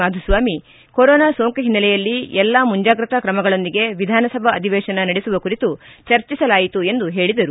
Madhuswamy corona ಸೋಂಕು ಹಿನ್ನೆಲೆಯಲ್ಲಿ ಎಲ್ಲಾ ಮುಂಜಾಗ್ರತಾ ಕ್ರಮಗಳೊಂದಿಗೆ ವಿಧಾನಸಭಾ ಅಧಿವೇಶನ ನಡೆಸುವ ಕುರಿತು ಚರ್ಚಿಸಲಾಯಿತು ಎಂದು ಹೇಳಿದರು